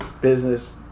business